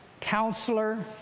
counselor